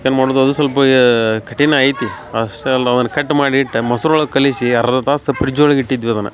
chicken ಮಾಡುದು ಅದು ಸ್ವಲ್ಪ ಕಠಿನ ಐತಿ ಅಷ್ಟ ಅಲ್ದ ಅದನ್ನ ಕಟ್ ಮಾಡಿ ಇಟ್ಟು ಮೊಸರು ಒಳಗೆ ಕಲಿಸಿ ಅರ್ಧ ತಾಸು ಪ್ರಿಜ್ ಒಳಗ ಇಟ್ಟಿದ್ವಿ ಅದನ್ನ